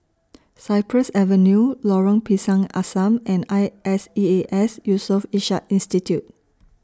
Cypress Avenue Lorong Pisang Asam and I S E A S Yusof Ishak Institute